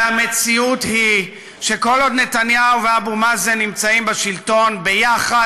והמציאות היא שכל עוד נתניהו ואבו מאזן נמצאים בשלטון ביחד,